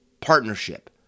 partnership